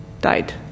died